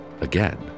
again